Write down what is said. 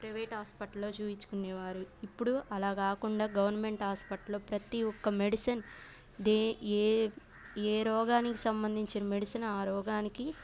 private హాస్పిటల్లో చూపించుకునేవారు ఇప్పుడు అలా కాకుండా గవర్నమెంట్ హాస్పటల్లో ప్రతీ ఒక్క మెడిసిన్ దే ఏ ఏ రోగానికి సంబంధించిన మెడిసిన్ ఆ రోగానికి